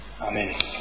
Amen